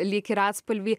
lyg ir atspalvį